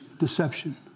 deception